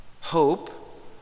Hope